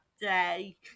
day